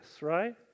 right